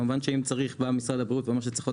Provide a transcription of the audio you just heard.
כמובן שאם משרד הבריאות בא ואומר שצריך עוד